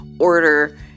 order